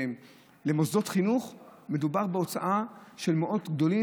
שלמוסדות חינוך מדובר בהוצאה של מאות רבות,